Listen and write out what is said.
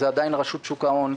זה עדיין רשות שוק ההון.